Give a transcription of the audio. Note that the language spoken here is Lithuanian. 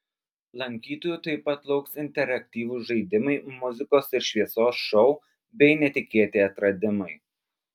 lankytojų taip pat lauks interaktyvūs žaidimai muzikos ir šviesos šou bei netikėti atradimai